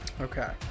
okay